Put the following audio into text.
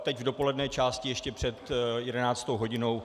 Teď v dopolední části ještě před 11. hodinou.